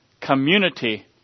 community